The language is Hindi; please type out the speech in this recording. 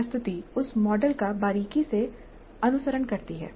यह प्रस्तुति उस मॉडल का बारीकी से अनुसरण करती है